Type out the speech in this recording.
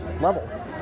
level